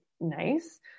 nice